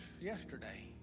yesterday